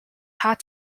had